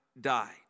died